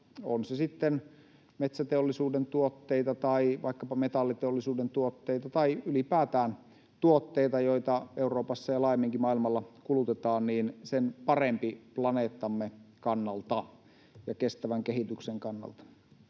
on se sitten metsäteollisuuden tuotteita tai vaikkapa metalliteollisuuden tuotteita tai ylipäätään tuotteita, joita Euroopassa ja laajemminkin maailmalla kulutetaan — sen parempi planeettamme kannalta ja kestävän kehityksen kannalta.